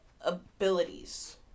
abilities